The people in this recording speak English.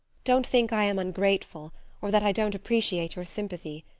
don't think i am ungrateful or that i don't appreciate your sympathy.